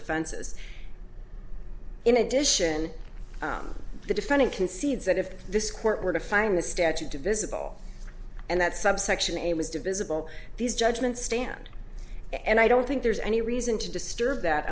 offenses in addition the defendant concedes that if this court were to find the statute divisible and that subsection a was divisible these judgments stand and i don't think there's any reason to disturb that